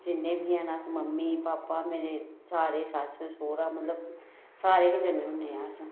जिन्ने बी हैन अस मम्मी पापा मेरे सारे सस्स सौह्रा मतलब सारे गै जन्ने होन्ने आं अस